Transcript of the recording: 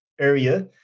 area